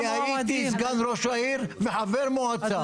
כי הייתי סגן ראש העיר וחבר מועצה.